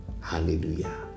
Hallelujah